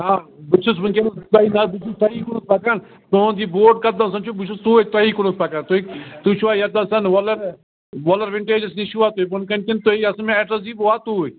آ بہٕ چھُس وٕنۍکینَس تۄہہِ نا بہٕ چھُس تۄہی کُنَتھ پکان تُہُنٛد یہِ بوٹ کَتہٕ نَسَن چھُ بہٕ چھُس توٗرۍ تۄہی کُنَتھ پکان تُہۍ تُہۍ چھُوا یَتنَس وَلُر وَلُر وِنٹیجَس نِش چھُوا تُہۍ بۄنہٕ کَنۍ کِنۍ تۄہہِ ایٚڈرَس دِیُو بہٕ واتہٕ توٗرۍ